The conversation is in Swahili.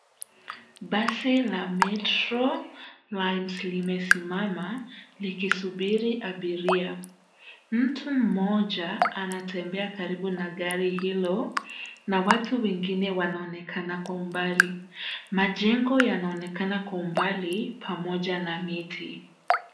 Basi la metro trans limesimama likisubiri abiria. Mtu mmoja anatembea karibu na gari hilo na watu wengine wanaonekana kwa umbali. Majengo yanaonekana kwa umbali pamoja na miti.